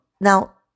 now